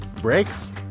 Brakes